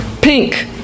Pink